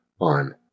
on